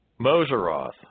Moseroth